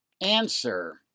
ANSWER